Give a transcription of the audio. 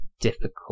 difficult